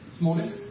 morning